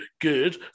good